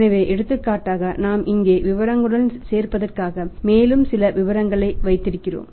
எனவே எடுத்துக்காட்டாக நாம் இங்கே விவரங்களுடன் சேர்ப்பதற்காக மேலும் சில விவரங்களை வைத்திருக்கிறோம்